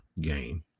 game